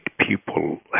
people